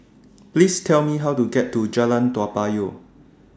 Please Tell Me How to get to Jalan Toa Payoh